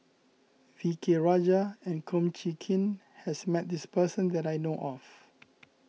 V K Rajah and Kum Chee Kin has met this person that I know of